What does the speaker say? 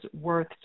worth